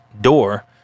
door